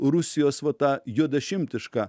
rusijos va ta juodašimtiška